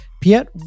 Piet